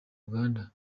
uganda